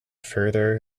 further